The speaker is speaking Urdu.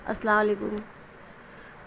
السلام علیکم